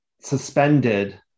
suspended